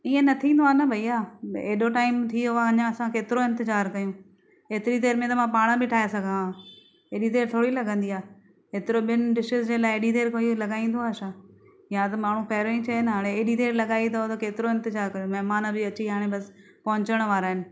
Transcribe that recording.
ईअं न थींदो आहे न भैया एॾो टाइम थियो आहे अञां असां केतिरो इंतिज़ारु कयूं हेतिरी देर में त मां पाण बि ठाए सघां हा हेॾी देरि थोरी लॻंदी आहे हेतिरो ॿिनि डिशेस जे लाइ हेॾी देरि को लॻाईंदो आहे छा या त माण्हू पहिरियों ई चए न हाणे हेॾी देरि लगाई अथव त केतिरो इंतिज़ारु कयूं महिमान बि अची हाणे बस पहुचण वारा आहिनि